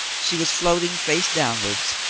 she was floating, face downwards,